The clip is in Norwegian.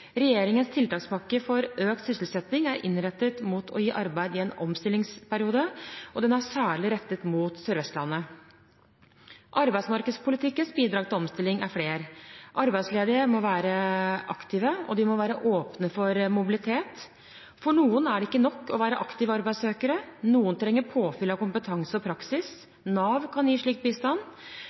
Regjeringens tiltakspakke for økt sysselsetting er innrettet mot å gi arbeid i en omstillingsperiode, og den er særlig rettet mot Sør- og Vestlandet. Arbeidsmarkedspolitikkens bidrag til omstillinger er flere: Arbeidsledige må være aktive, og de må være åpne for mobilitet. For noen er det ikke nok å være aktive arbeidssøkere, de trenger påfyll av kompetanse og praksis. Nav kan gi slik bistand.